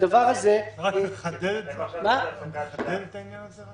אתה מחדד את העניין הזה?